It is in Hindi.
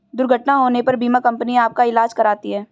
दुर्घटना होने पर बीमा कंपनी आपका ईलाज कराती है